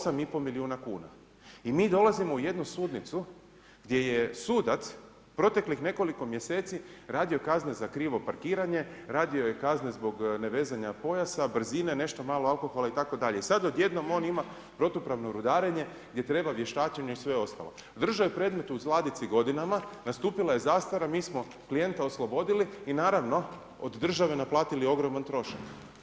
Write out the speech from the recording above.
8 i pol milijuna kuna. i mi dolazimo u jednu sudnicu gdje je sudac proteklih nekoliko mjeseci radio kazne za krivo parkiranje, radio je kazne zbog nevezanja pojasa, brzine, nešto malo alkohola itd. i sad odjednom on ima protupravno rudarenje gdje treba vještačenje i sve ostalo, držao je predmet u ladici godinama, nastupila je zastara, mi smo klijenta oslobodili i naravno od države naplatili ogroman trošak.